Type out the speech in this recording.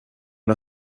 har